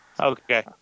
Okay